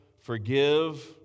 forgive